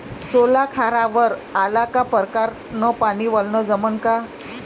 सोला खारावर आला का परकारं न पानी वलनं जमन का?